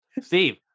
Steve